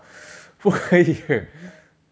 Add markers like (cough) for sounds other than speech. (laughs)